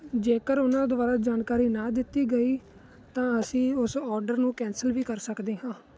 ਜੇਕਰ ਉਹਨਾਂ ਦੁਆਰਾ ਜਾਣਕਾਰੀ ਨਾ ਦਿੱਤੀ ਗਈ ਤਾਂ ਅਸੀਂ ਉਸ ਓਡਰ ਨੂੰ ਕੈਂਸਲ ਵੀ ਕਰ ਸਕਦੇ ਹਾਂ